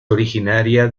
originaria